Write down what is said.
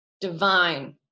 divine